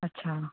अच्छा